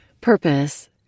Purpose